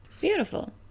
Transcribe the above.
Beautiful